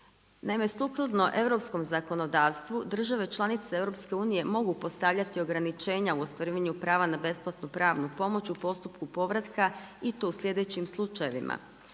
Naime, sukladno europskom zakonodavstvu, države članice EU-a, mogu postavljati ograničenja u ostvarivanju prava na besplatnu pravnu pomoć u postupku povratka i to u slijedećim slučajevima.